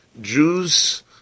Jews